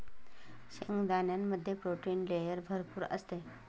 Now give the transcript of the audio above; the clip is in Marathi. शेंगदाण्यामध्ये प्रोटीन लेयर भरपूर असते